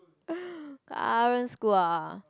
current school ah